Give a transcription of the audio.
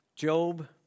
Job